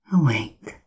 awake